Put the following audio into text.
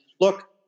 look